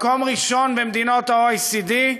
מקום ראשון במדינות ה-OECD.